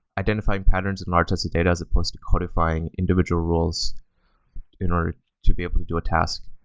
identifying patterns in large sets of data as opposed to codifying individual roles in order to be able to do a task